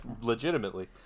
legitimately